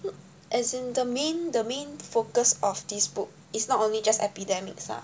as in the main the main focus of this book is not only just epidemics ah